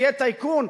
תהיה טייקון.